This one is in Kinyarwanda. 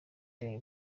the